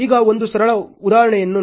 ಈಗ ಒಂದು ಸರಳ ಉದಾಹರಣೆಯನ್ನು ನೋಡೋಣ